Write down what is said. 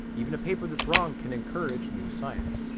even a paper that's wrong can encourage new science.